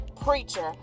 preacher